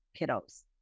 kiddos